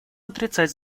отрицать